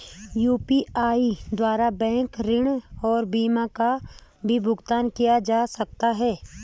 UPI द्वारा bank ऋण और बीमा का भी भुगतान किया जा सकता है?